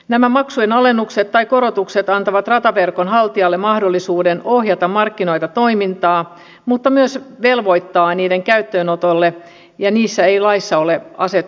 nämä maksujen alennukset tai korotukset antavat rataverkon haltijalle mahdollisuuden ohjata markkinoita ja toimintaa mutta myös voidaan velvoittaa niiden käyttöönottoon ja niitä ei laissa aseteta